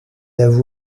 avoue